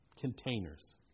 containers